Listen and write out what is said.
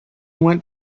went